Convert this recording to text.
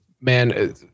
Man